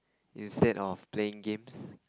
instead of playing games